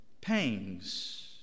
pangs